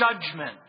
judgment